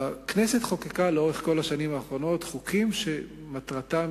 הכנסת חוקקה לאורך כל השנים האחרונות חוקים שמטרתם